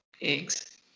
Eggs